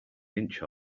inch